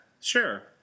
sure